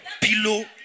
Pillow